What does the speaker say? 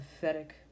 pathetic